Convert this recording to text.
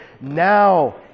now